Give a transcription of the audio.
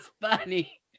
funny